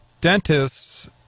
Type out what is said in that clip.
dentists